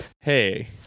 hey